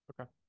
Okay